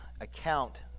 account